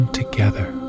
together